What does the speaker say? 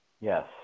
Yes